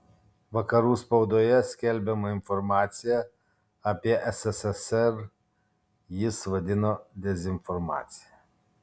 vakarų spaudoje skelbiamą informaciją apie sssr jis vadino dezinformacija